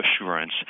assurance